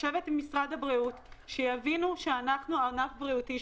לשבת עם משרד הבריאות כדי שהם יבינו שאנחנו ענף בריאותי,